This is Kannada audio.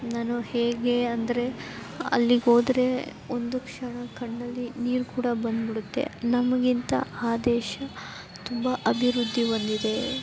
ನಾನು ಹೇಗೆ ಅಂದರೆ ಅಲ್ಲಿಗೋದರೆ ಒಂದು ಕ್ಷಣ ಕಣ್ಣಲ್ಲಿ ನೀರು ಕೂಡ ಬಂದ್ಬಿಡುತ್ತೆ ನಮಗಿಂತ ಆ ದೇಶ ತುಂಬ ಅಭಿವೃದ್ಧಿ ಹೊಂದಿದೆ